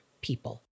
people